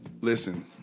Listen